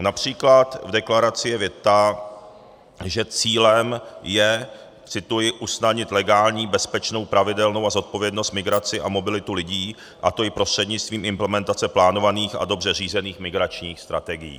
Například v deklaraci je věta, že cílem je cituji usnadnit legální, bezpečnou, pravidelnou a zodpovědnou migraci a mobilitu lidí, a to i prostřednictvím implementace plánovaných a dobře řízených migračních strategií.